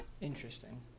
Interesting